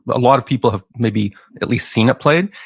a lot of people have maybe at least seen it played.